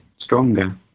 stronger